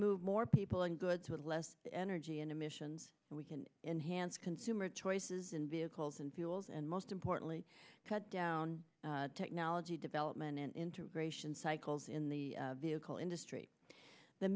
move more people in good to less energy and emissions so we can enhance consumer choices in vehicles and fuels and most importantly cut down technology development into gratian cycles in the vehicle industry the